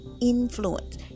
influence